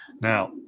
Now